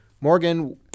Morgan